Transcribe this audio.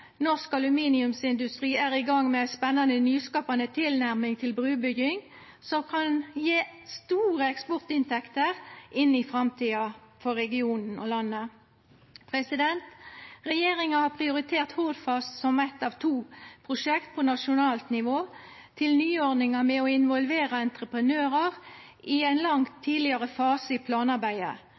Norsk aluminiumsindustri er i gang med ei spennande, nyskapande tilnærming til brubygging, som kan gje store eksportinntekter i framtida for regionen og landet. Regjeringa har prioritert Hordfast som eit av to prosjekt på nasjonalt nivå til nyordninga med å involvera entreprenørar i ein langt tidlegare fase i planarbeidet.